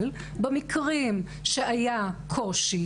אבל במקרים שהיה קושי,